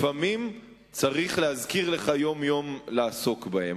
לפעמים צריך להזכיר לך יום-יום לעסוק בהם,